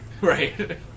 Right